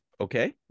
Okay